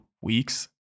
weeks